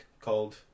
called